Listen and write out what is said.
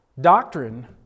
Doctrine